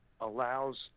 allows